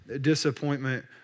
disappointment